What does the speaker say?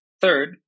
Third